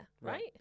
right